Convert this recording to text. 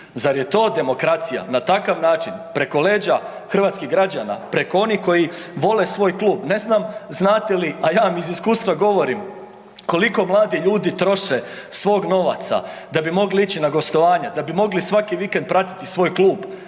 Zar je to demokracija, na takav način? Preko leđa hrvatskih građana, preko onih koji vole svoj klub. Ne znam znate li, a ja vam iz iskustva govorim koliko mladi ljudi troše svog novaca da bi mogli ići na gostovanja, da bi mogli svaki vikend pratiti svoj klub,